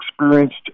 experienced